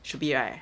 should be right